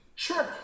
Sure